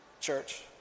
church